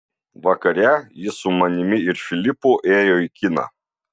vakare jis su manimi ir filipu ėjo į kiną